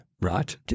Right